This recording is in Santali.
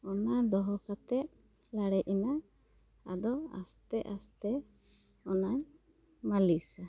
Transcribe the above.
ᱚᱱᱟ ᱫᱚᱦᱚ ᱠᱟᱛᱮ ᱨᱟᱲᱮᱡ ᱮᱱᱟ ᱟᱫᱚ ᱟᱥᱛᱮ ᱟᱥᱛᱮ ᱚᱱᱟᱧ ᱢᱟᱹᱞᱤᱥᱟ